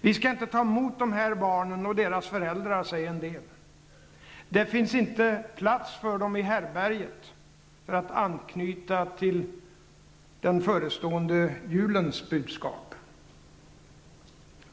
Vi skall inte ta emot de här barnen och deras föräldrar, säger en del. Det finns inte plats för dem i härbärget -- för att anknyta till den förestående julens budskap.